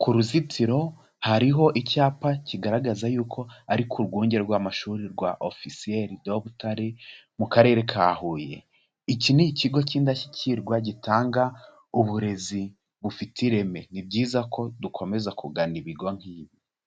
ku ruzitiro hariho icyapa kigaragaza yuko ari ku rwunge rw'amashuri rwa Officiel de Butare, mu Karere ka Huye, iki ni ikigo cy'indashyikirwa gitanga uburezi bufite ireme. Ni byiza ko dukomeza kugana ibigo nk'ibi.